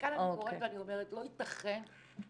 ומכאן אני קוראת ואני אומרת, לא ייתכן שכמות